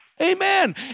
Amen